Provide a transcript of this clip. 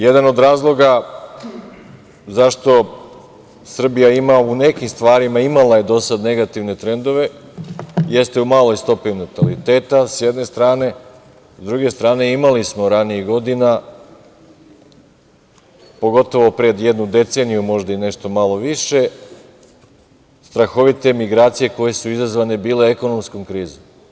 Jedan od razloga zašto Srbija ima u nekim stvarima imala je do sada negativne trendove, jeste u maloj stopi nataliteta, s jedne strane, s druge strane imali smo ranijih godina, pogotovo pre jednu deceniju, možda i nešto malo više, strahovite migracije koje su bile izazvane ekonomskom krizom.